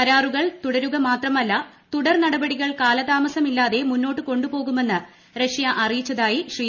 കരാറുകൾ തുടരുകമാത്രമല്ല തുടർ നടപടികൾ കാലതാമസമില്ലാതെ മുന്നോട്ട് കൊണ്ടുപോകുമെന്ന് റഷ്യ അറിയിച്ചതായി ശ്രീ